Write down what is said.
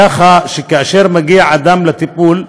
כך שכאשר מגיע אדם לטיפול,